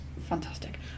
fantastic